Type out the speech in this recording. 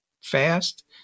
fast